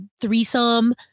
threesome